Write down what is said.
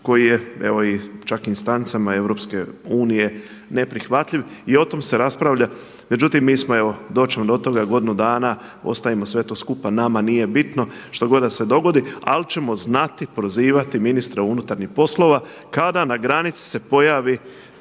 koji je evo čak i instancama EU neprihvatljiv i o tom se raspravlja. Međutim, mi smo evo doći ćemo do toga, godinu dana ostavimo sve to skupa, nama nije bitno što god da se dogodi. Ali ćemo znati prozivati ministra unutarnjih poslova kada na granici se pojavi